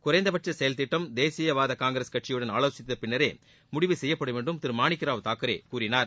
குறைந்தபட்ச செயல்திட்டம் தேசியவாத காங்கிரஸ் கட்சியுடனும் ஆவோசித்த பின்னரே முடிவு செய்யப்படும் என்றும் திரு மாணிக்கராவ் தாக்கரே கூறினார்